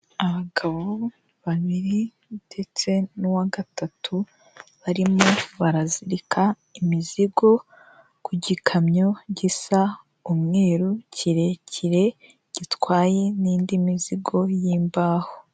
Abagabo babiri ndetse n'uwa gatatu, barimo barazirika imizigo, ku gikamyo gisa umweru kirekire, gitwaye n'indi mizigo y'imbaho.